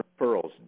referrals